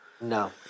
No